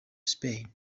spain